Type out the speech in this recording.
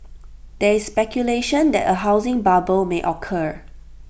there is speculation that A housing bubble may occur